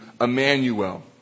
Emmanuel